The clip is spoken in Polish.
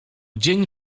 dzień